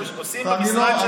אבי, עושים במשרד שלך,